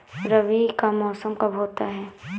रबी का मौसम कब होता हैं?